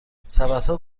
سبدها